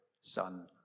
Son